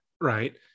Right